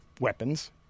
weapons